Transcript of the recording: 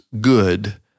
good